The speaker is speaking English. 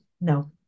no